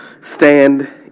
stand